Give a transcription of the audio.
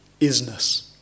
isness